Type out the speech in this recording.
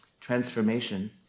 transformation